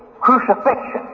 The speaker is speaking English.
crucifixion